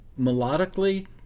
melodically